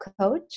coach